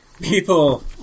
People